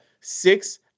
six